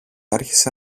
άρχισε